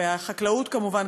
והחקלאות כמובן,